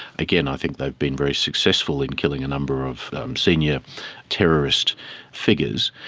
again i think they've been very successful in killing a number of senior terrorist figures,